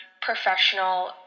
professional